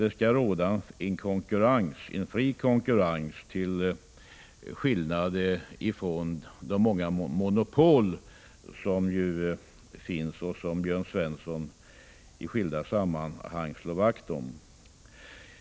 Det skall råda fri konkurrens och inte monopol, som Jörn Svensson i skilda sammanhang brukar slå vakt om.